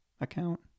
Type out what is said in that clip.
account